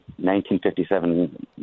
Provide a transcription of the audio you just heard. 1957